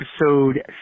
episode